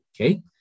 okay